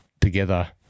together